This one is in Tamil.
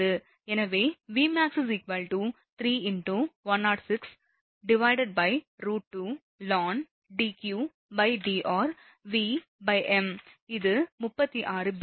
எனவே இது Vmax 3 × 106√2r ln Deqr Vm இது 36 b